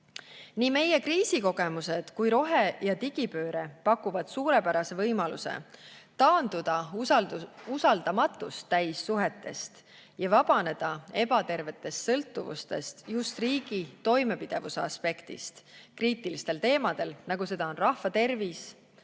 Nii meie kriisikogemused kui rohe- ja digipööre pakuvad suurepärase võimaluse taanduda usaldamatust täis suhetest ja vabaneda ebatervetest sõltuvustest just riigi toimepidevuse aspektist kriitilistel teemadel, nagu seda on rahva tervis,